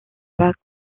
pas